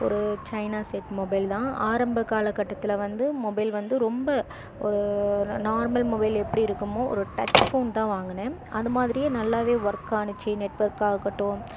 ஒரு China set mobile தான் ஆரம்ப காலகட்டத்தில் வந்து மொபைல் வந்து ரொம்ப ஒரு நார்மல் மொபைல் எப்படி இருக்குமோ ஒரு டச் ஃபோன் தான் வாங்கினேன் அதுமாதிரியே நல்லாவே ஒர்க் ஆகிச்சி நெட்வொர்க்காக ஆகட்டும்